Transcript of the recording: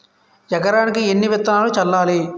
ఎకరానికి ఎన్ని విత్తనాలు చల్లాలి?